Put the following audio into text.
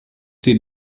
die